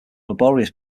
laborious